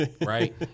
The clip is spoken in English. Right